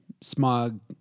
Smog